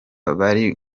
bari